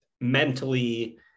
mentally